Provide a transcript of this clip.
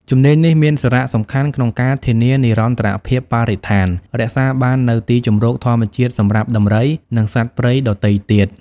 ជំនាញនេះមានសារៈសំខាន់ក្នុងការធានានិរន្តរភាពបរិស្ថាន រក្សាបាននូវទីជម្រកធម្មជាតិសម្រាប់ដំរី និងសត្វព្រៃដទៃទៀត។